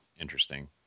Interesting